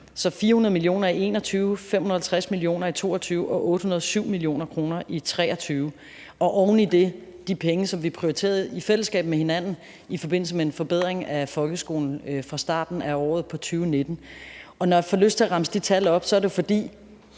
det 400 mio. kr. i 2021, 550 mio. kr. i 2022 og 807 mio. kr. i 2023, og oven i det de penge, som vi prioriterede i fællesskab med hinanden i forbindelse med en forbedring af folkeskolen fra starten af året i 2019. Når jeg får lyst til at remse de tal op, er det jo,